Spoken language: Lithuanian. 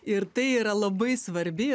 ir tai yra labai svarbi